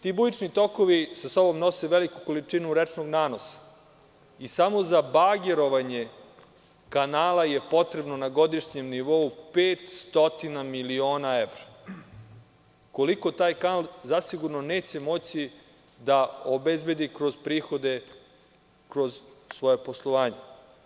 Ti bujični tokovi sa sobom nose veliku količinu rečnog nanosa i samo za bagerovanje kanala je potrebno na godišnjem nivou 500 miliona evra, koliko taj kanal zasigurno neće moći da obezbedi kroz prihode, kroz svoje poslovanje.